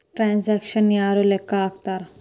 ಟ್ಯಾಕ್ಸನ್ನ ಯಾರ್ ಲೆಕ್ಕಾ ಹಾಕ್ತಾರ?